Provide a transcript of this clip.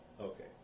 Okay